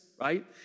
right